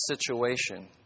situation